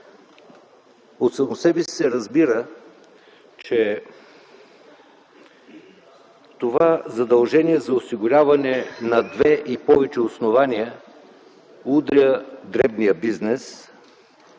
От само себе си се разбира, че това задължение за осигуряване на две и повече основания удря дребния бизнес,